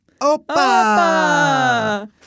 Opa